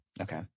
Okay